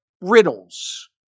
riddles